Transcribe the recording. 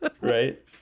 Right